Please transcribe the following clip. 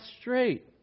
straight